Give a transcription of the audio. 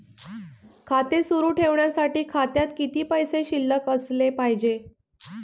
खाते सुरु ठेवण्यासाठी खात्यात किती पैसे शिल्लक असले पाहिजे?